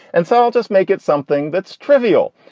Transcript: and so i'll just make it something that's trivial.